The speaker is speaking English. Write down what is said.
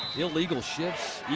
illegal shifts,